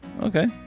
okay